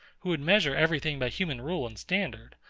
who would measure every thing by human rule and standard.